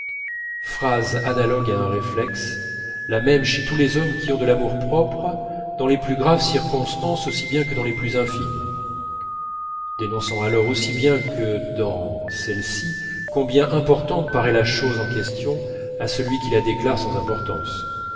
phrase analogue à un réflexe la même chez tous les hommes qui ont de l'amour-propre dans les plus graves circonstances aussi bien que dans les plus infimes dénonçant alors aussi bien que dans celle-ci combien importante paraît la chose en question à celui qui la déclare sans importance